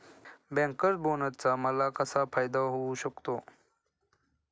Bankers बोनसचा मला कसा फायदा होऊ शकतो?